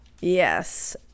Yes